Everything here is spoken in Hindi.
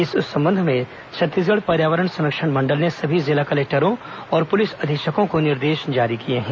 इस संबंध में छत्तीसगढ़ पर्यावरण संरक्षण मंडल ने सभी जिला कलेक्टरों और पुलिस अधीक्षकों को निर्देश जारी किए हैं